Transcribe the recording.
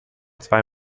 zwei